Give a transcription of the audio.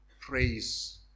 Praise